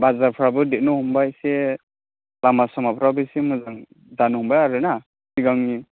बाजारफ्राबो देरनो हमबाय एसे लामा सामाफ्राबो एसे मोजां जानो हमबाय आरो ना सिगांनि